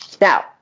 Now